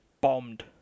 bombed